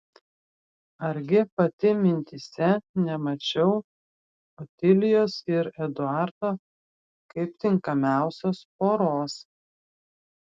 argi pati mintyse nemačiau otilijos ir eduardo kaip tinkamiausios poros